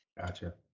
Gotcha